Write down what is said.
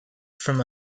from